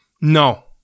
No